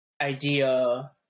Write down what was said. idea